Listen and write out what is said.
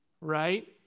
right